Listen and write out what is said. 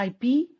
IP